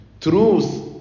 truth